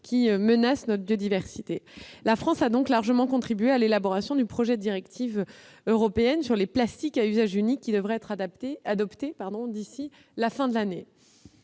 national et européen. La France a ainsi largement contribué à l'élaboration du projet de directive européenne sur les plastiques à usage unique, qui devrait être adopté d'ici à la fin de l'année.